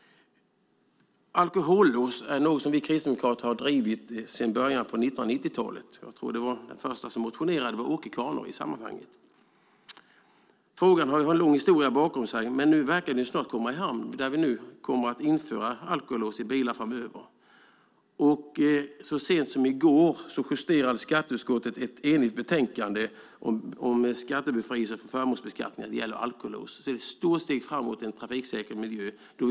Alkohollås är något som vi kristdemokrater har drivit sedan början på 1990-talet. Den första som motionerade i sammanhanget var Åke Carnerö. Frågan har en lång historia bakom sig. Nu verkar den snart komma i hamn när vi nu kommer att införa alkolås i bilar framöver. Så sent som i går justerade skatteutskottet ett enigt betänkande om skattebefrielse för förmånsbeskattning när det gäller alkolås. Det är ett stort steg framåt när det gäller trafiksäkerhet.